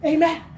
Amen